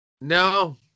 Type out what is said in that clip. No